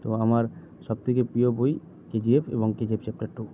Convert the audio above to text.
তো আমার সবথেকে প্রিয় বই কেজিএফ এবং কেজিএফ চ্যাপ্টার টু